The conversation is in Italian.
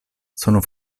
sono